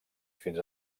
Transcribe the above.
fins